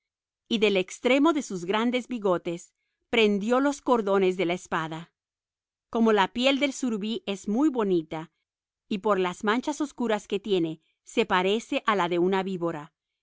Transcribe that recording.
y del extremo de sus grandes bigotes prendió los cordones de la espada como la piel del surubí es muy bonita y las manchas oscuras que tiene se parecen a las de una víbora